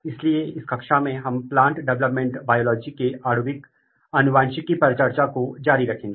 हम अभी भी अध्ययनरत पौधे विकास के लिए आणविक आनुवंशिकी दृष्टिकोण के बारे में चर्चा कर रहे हैं